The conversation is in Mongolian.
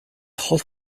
хол